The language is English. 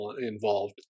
involved